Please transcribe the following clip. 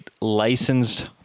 licensed